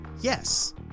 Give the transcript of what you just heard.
Yes